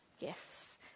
gifts